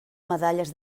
medalles